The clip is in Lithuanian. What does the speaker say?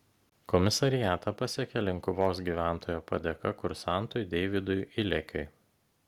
komisariatą pasiekė linkuvos gyventojo padėka kursantui deividui ilekiui